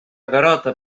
garota